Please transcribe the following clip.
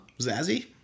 Zazzy